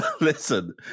Listen